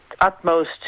utmost